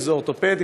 אורתופד,